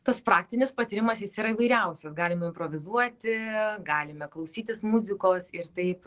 tas praktinis patyrimas jis yra įvairiausias galime improvizuoti galime klausytis muzikos ir taip